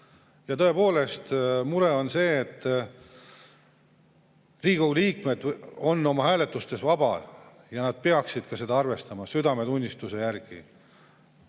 Ja tõepoolest, mure on see, et Riigikogu liikmed on oma hääletustes vabad ja nad peaksid seda ka arvestama südametunnistuse järgi.